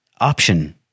option